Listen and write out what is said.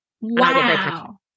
wow